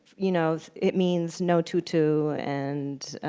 you know it means no tutu and